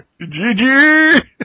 GG